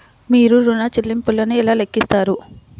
మీరు ఋణ ల్లింపులను ఎలా లెక్కిస్తారు?